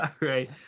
right